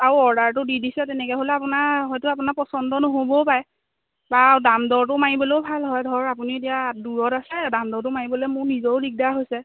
আৰু অৰ্ডাৰটো দি দিছে তেনেকে হ'লে আপোনাৰ হয়তো আপোনাৰ পচন্দ নহবও পাৰে বা দাম দৰটো মাৰিবলেও ভাল হয় ধৰক আপুনি এতিয়া দূৰত আছে দামদৰটো মাৰিবলে মোৰ নিজেও দিগদাৰ হৈছে